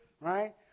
right